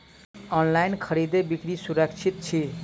online खरीदै बिक्री सुरक्षित छी